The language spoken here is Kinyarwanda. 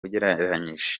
ugereranije